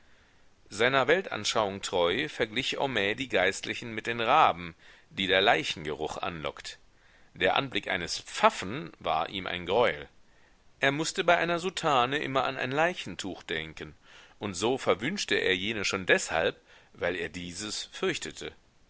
seiner weltanschauung treu verglich homais die geistlichen mit den raben die der leichengeruch anlockt der anblick eines pfaffen war ihm ein greuel er mußte bei einer soutane immer an ein leichentuch denken und so verwünschte er jene schon deshalb weil er dieses fürchtete